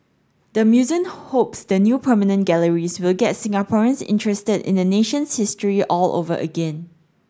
the museum hopes the new permanent galleries will get Singaporeans interested in the nation's history all over again